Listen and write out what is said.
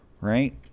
right